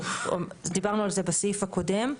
דיברנו על זה בסעיף הקודם.